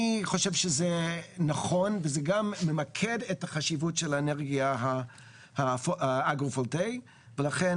אני חושב שזה נכון וזה גם ממקד את החשיבות של האנרגיה האגרו וולטאי ולכן